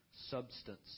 substance